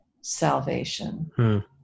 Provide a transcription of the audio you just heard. salvation